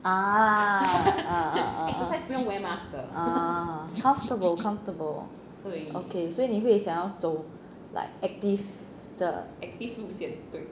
ah uh uh uh uh comfortable comfortable ok 所以你会想要走 like active 的 active 路线